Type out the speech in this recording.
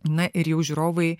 na ir jau žiūrovai